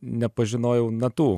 nepažinojau natų